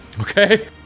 Okay